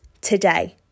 today